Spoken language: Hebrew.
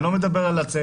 אני לא מדבר על הצבע.